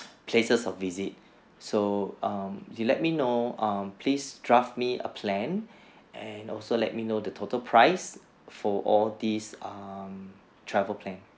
places of visit so um you let me know um please draft me a plan and also let me know the total price for all these um travel plan